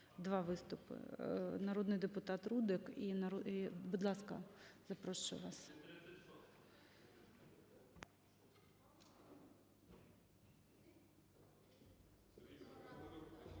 Два виступи, народний депутат Рудик і… Будь ласка, запрошую вас.